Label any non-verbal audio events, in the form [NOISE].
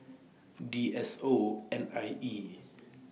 D S O N I E [NOISE]